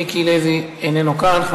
חבר הכנסת מיקי לוי, איננו כאן.